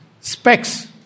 Specs